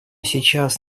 сейчас